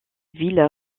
ville